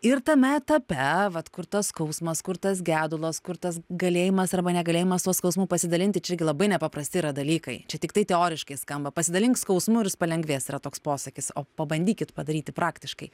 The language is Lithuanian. ir tame etape vat kur tas skausmas kur tas gedulas kur tas galėjimas arba negalėjimas tuo skausmu pasidalinti čia gi labai nepaprasti yra dalykai čia tiktai teoriškai skamba pasidalink skausmu ir jis palengvės yra toks posakis o pabandykit padaryti praktiškai